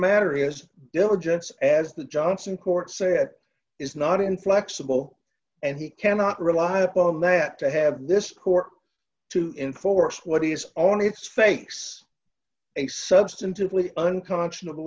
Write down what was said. matter is diligence as the johnson courts say it is not inflexible and he cannot rely upon that to have this court to enforce what is on its face a substantively unconscionable